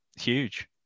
huge